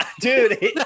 Dude